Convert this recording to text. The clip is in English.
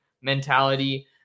mentality